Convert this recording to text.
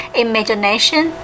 imagination